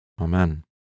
Amen